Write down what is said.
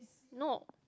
no